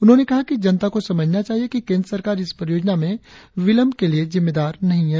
उन्होंने कहा कि जनता को समझना चाहिए कि केंद्र सरकार इस परियोजना में विलंब के लिए जिम्मेदार नही है